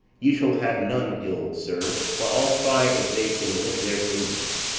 you shall have none ill, sir for i'll try if they can lick their fingers.